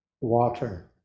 water